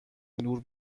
نور